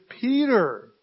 Peter